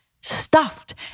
stuffed